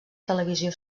televisió